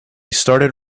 started